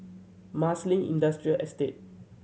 Marsiling Industrial Estate